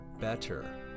better